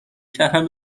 کردم